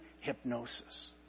hypnosis